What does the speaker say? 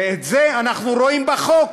ואת זה אנחנו רואים בחוק,